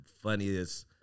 funniest